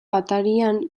atarian